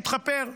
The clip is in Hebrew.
התחפר.